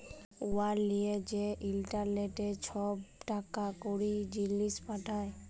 উয়ার লিয়ে যে ইলটারলেটে ছব টাকা কড়ি, জিলিস পাঠায়